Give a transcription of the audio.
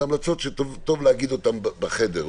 אלה המלצות שטוב להגיד אותן בחדר,